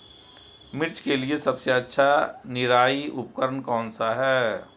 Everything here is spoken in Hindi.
मिर्च के लिए सबसे अच्छा निराई उपकरण कौनसा है?